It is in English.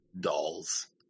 Dolls